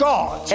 God